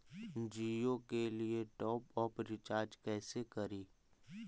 जियो के लिए top up recharge कैसे करी?